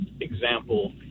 example